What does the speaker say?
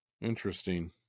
interesting